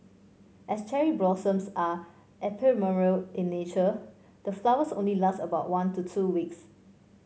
as cherry blossoms are ephemeral in nature the flowers only last about one to two weeks